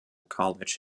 college